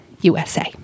USA